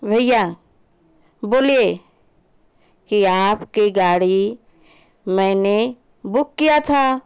भैया बोलिए कि आपके गाड़ी मैंने बुक किया था